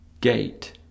gate